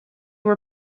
were